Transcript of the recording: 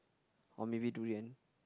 or maybe durian